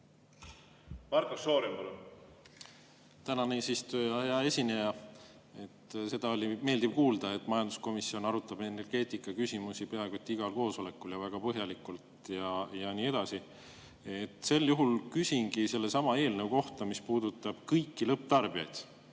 Marko Šorin, palun! Tänan, eesistuja! Hea esineja! Seda oli meeldiv kuulda, et majanduskomisjon arutab energeetikaküsimusi peaaegu igal koosolekul ja väga põhjalikult ja nii edasi. Sel juhul küsingi sellesama eelnõu kohta, mis puudutab kõiki lõpptarbijaid.